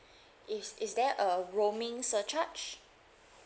is is there a roaming surcharge